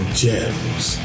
gems